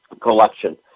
collection